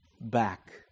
back